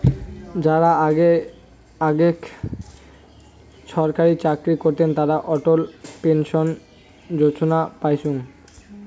যারা আগেক ছরকারি চাকরি করতেন তারা অটল পেনশন যোজনা পাইচুঙ